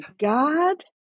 God